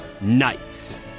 knights